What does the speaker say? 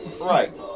right